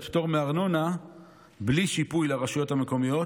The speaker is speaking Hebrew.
פטור מארנונה בלי שיפוי לרשויות המקומיות,